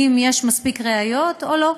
אם יש מספיק ראיות או לא.